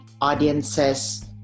audiences